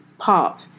Pop